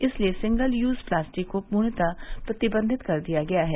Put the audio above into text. इसलिए single use plastic को पूर्णतया प्रतिबन्धित कर दिया गया है